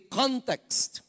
context